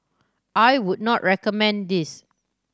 I would not recommend this